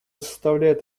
составляет